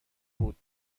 بود